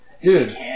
Dude